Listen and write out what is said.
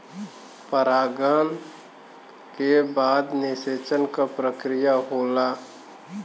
परागन के बाद निषेचन क प्रक्रिया होला